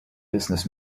business